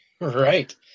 Right